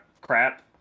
crap